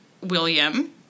William